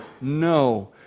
No